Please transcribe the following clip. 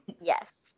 Yes